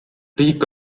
riik